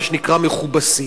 מה שנקרא "מכובסים".